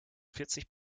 vierzig